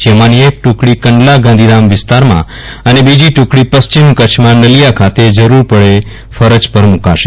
જેમાની એક ટુકડી કંડલા ગાંધીધામ વિસ્તારમાં અને બીજી ટુકડી પશ્ચિમ કચ્છમાં નલિયા ખાતે જરૂર પડવે ફરજ પર મુકાશે